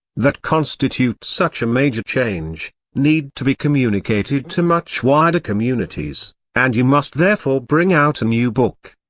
that constitute such a major change, need to be communicated to much wider communities, and you must therefore bring out a new book.